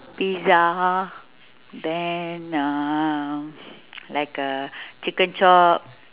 pizza then um like uh chicken chop